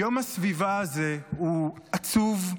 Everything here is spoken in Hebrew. יום הסביבה הזה הוא עצוב,